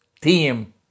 team